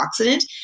antioxidant